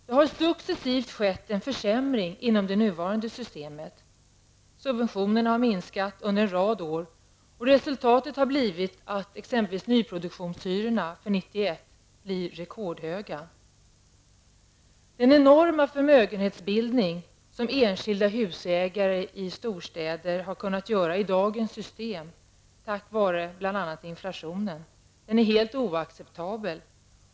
Det har successivt skett en försämring inom det nuvarande systemet. Subventionerna har minskat under en rad år, och resultatet har blivit att exempelvis nyproduktionshyrorna för 1991 blir rekordhöga. Den enorma uppbyggnad av förmögenhet som enskilda husägare i storstäderna har kunnat göra med dagens system tack vare inflationen, är helt oacceptabel.